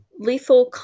Lethal